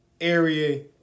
area